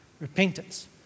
repentance